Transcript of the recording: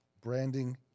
branding